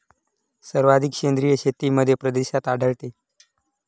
सर्वाधिक सेंद्रिय शेती मध्यप्रदेशात आढळते